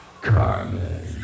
Carmen